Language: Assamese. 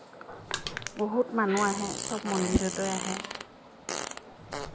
বহুত মানুহ আহে সব মন্দিৰতে আহে